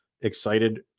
excited